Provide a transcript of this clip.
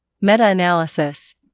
Meta-analysis